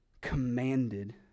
commanded